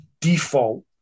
default